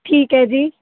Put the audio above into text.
ਠੀਕ ਹੈ ਜੀ